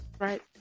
right